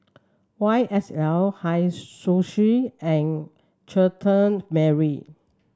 Y S L Hei Sushi and Chutney Mary